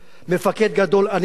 מפקד גדול אני לא,